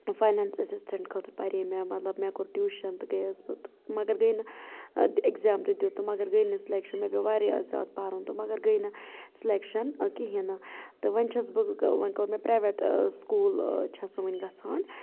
finance assistant خٲطرٕ پرے مےٚ مطلب مےٚ کوٚر ٹیوشن تہٕ گٔیس بہٕ تہٕ مگر گٔے نہٕ ایٚکزام تہِ دیُت تہٕ مگر گٔے نہٕ سِلیٚکشن مےٚ پیٚو اتھ واریاہ زیادٕ پرُن تہٕ مگر گٔے نہٕ سِلیٚکشن کہینۍ نہٕ تہٕ وۄنۍ چھس بہٕ وۄنۍ کٔر مےٚ پریویٹ سکول چھس بہٕ وۄنۍ گَژھان